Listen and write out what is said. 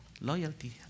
Loyalty